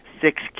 six